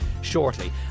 shortly